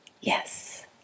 Yes